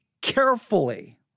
carefully